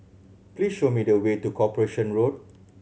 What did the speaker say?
please show me the way to Corporation Road